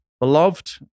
beloved